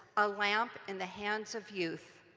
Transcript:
a lamp in the hands of youth.